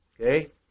Okay